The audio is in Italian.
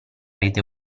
rete